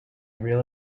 real